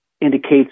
indicates